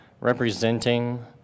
representing